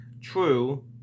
True